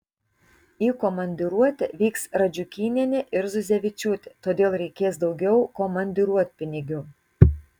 į komandiruotę vyks radžiukynienė ir zuzevičiūtė todėl reikės daugiau komandiruotpinigių